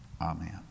Amen